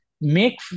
make